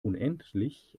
unendlich